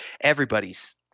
everybody's